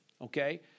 okay